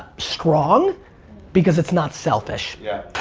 strong because it's not selfish yeah